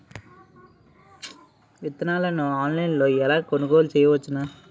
విత్తనాలను ఆన్లైన్లో ఎలా కొనుగోలు చేయవచ్చున?